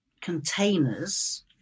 containers